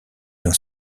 dans